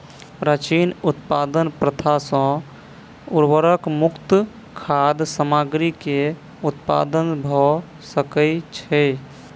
प्राचीन उत्पादन प्रथा सॅ उर्वरक मुक्त खाद्य सामग्री के उत्पादन भ सकै छै